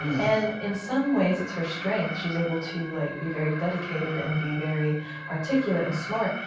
and in some ways, it's her strength, she's able to like be very dedicated and be very articulate and smart.